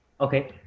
Okay